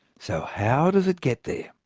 so how does it get there?